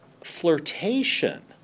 flirtation